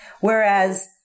Whereas